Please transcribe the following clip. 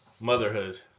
motherhood